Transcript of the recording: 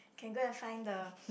can go and find the